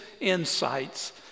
insights